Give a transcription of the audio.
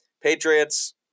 Patriots –